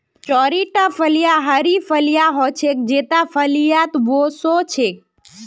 चौड़ीटा फलियाँ हरी फलियां ह छेक जेता फलीत वो स छेक